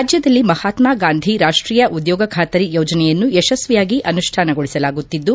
ರಾಜ್ಯದಲ್ಲಿ ಮಹಾತ್ಮಾ ಗಾಂಧಿ ರಾಷ್ಟೀಯ ಉದ್ಯೋಗ ಬಾತರಿ ಯೋಜನೆಯನ್ನು ಯಶಸ್ವಿಯಾಗಿ ಅನುಷ್ಠಾನಗೊಳಿಸಲಾಗುತ್ತಿದ್ದು